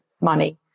money